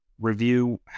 review